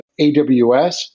AWS